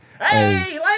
Hey